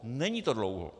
Není to dlouho.